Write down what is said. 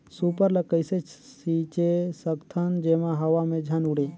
Super ल कइसे छीचे सकथन जेमा हवा मे झन उड़े?